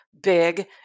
big